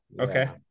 Okay